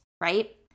right